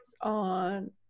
on